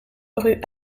rue